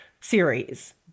series